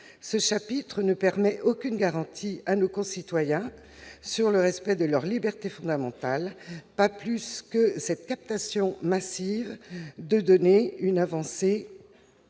ce chapitre n'offre aucune garantie à nos concitoyens sur le respect de leurs libertés fondamentales, pas plus que cette captation massive de données une avancée dans